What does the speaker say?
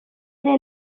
ere